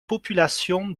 populations